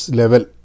level